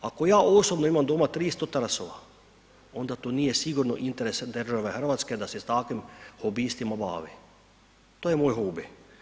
Ako ja osobno imam doma 300 … [[Govornik se ne razumije]] onda to nije sigurno interes države Hrvatske da se s takvim hobistima bave, to je moj hobi.